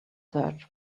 search